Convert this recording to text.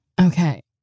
Okay